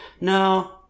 No